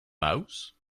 mouse